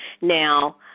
Now